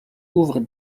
ouvre